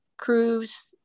Crews